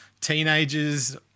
teenagers